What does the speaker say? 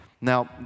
Now